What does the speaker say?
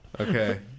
Okay